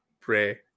pray